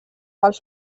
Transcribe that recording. als